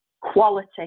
quality